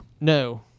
No